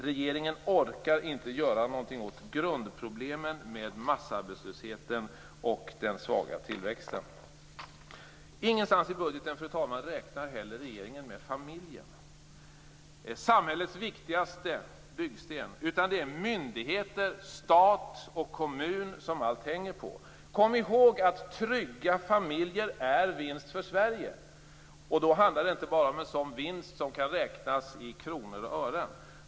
Regeringen orkar inte göra något åt grundproblemen med massarbetslösheten och den svaga tillväxten. Ingenstans i budgeten, fru talman, räknar heller regeringen med familjen, samhällets byggsten, utan det är myndigheter, stat och kommun som allt hänger på. Kom ihåg att trygga familjer är vinst för Sverige. Och då handlar det inte bara om en sådan vinst som kan räknas i kronor och ören.